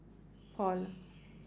Paul